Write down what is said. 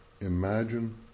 imagine